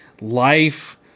life